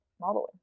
modeling